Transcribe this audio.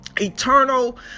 eternal